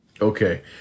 Okay